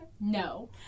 No